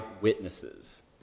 witnesses